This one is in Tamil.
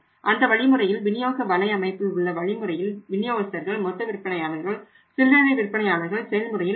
அந்த விநியோக வலைஅமைப்பில் உள்ள வழிமுறையில் விநியோகஸ்தர்கள் மொத்த விற்பனையாளர்கள் சில்லறை விற்பனையாளர்கள் செயல்முறையில் உள்ளனர்